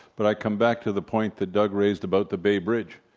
but i come back to the point that doug raised about the bay bridge.